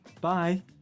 bye